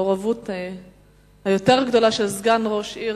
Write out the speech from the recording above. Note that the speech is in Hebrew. עם המעורבות הגדולה יותר של סגן ראש עיר,